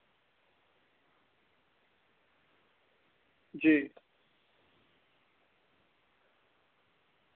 जी